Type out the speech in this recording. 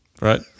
Right